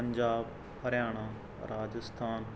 Punjab Haryana Rajasthan